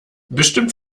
bestimmt